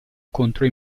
contro